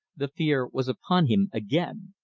the fear was upon him again.